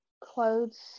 clothes